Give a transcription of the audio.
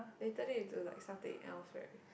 they turn it to like something else right